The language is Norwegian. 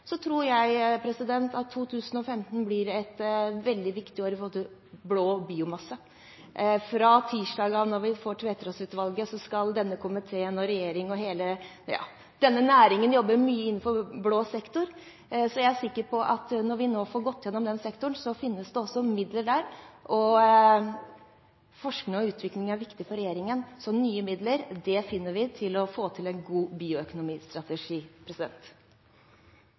så skal denne komiteen, regjeringen og hele denne næringen jobbe mye innenfor blå sektor. Jeg er sikker på at når vi nå får gått gjennom den sektoren, finnes det også midler der. Forskning og utvikling er viktig for regjeringen, så nye midler finner vi til å få til en god bioøkonomistrategi.